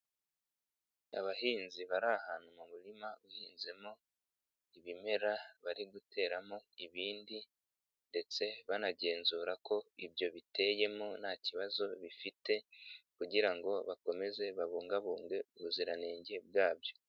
Abahinzi bari ahantu mu murima uhinzemo ibimera bari guteramo ibindi ndetse banagenzura ko ibyo biteyemo nta kibazo bifite kugira ngo bakomeze babungabunge ubuziranenge bwabyo.